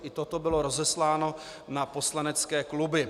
I toto bylo rozesláno na poslanecké kluby.